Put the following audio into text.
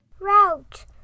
Route